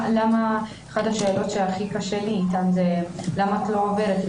אחת השאלות שהכי קשה לי איתן, למה את לא עוברת?